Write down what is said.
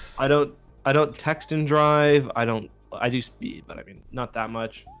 i don't i don't text and drive. i don't i do speed but i mean not that much